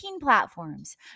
platforms